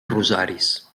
rosaris